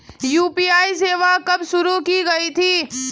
UPI सेवा कब शुरू की गई थी?